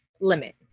limit